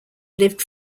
lived